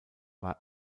war